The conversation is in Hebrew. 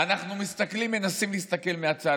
אנחנו מסתכלים, מנסים להסתכל מהצד.